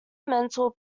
mental